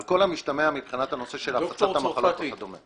על כל המשתמע מבחינת הנושא של הפצת המחלות וכדומה.